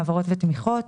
העברות ותמיכות,